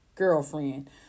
girlfriend